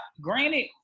granted